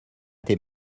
tes